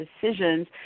decisions